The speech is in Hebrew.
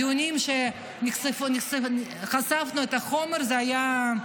הדיונים שחשפנו בהם את החומר זה היה,